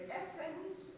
essence